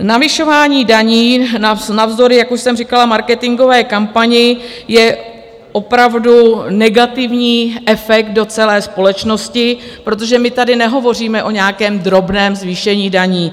Navyšování daní navzdory, jak už jsem říkala, marketingové kampani, je opravdu negativní efekt do celé společnosti, protože my tady nehovoříme o nějakém drobném zvýšení daní.